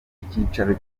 icyicaro